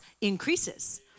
increases